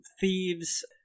thieves